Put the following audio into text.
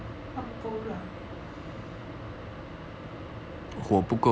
他不够热